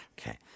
Okay